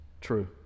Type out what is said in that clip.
true